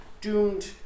doomed